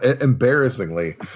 embarrassingly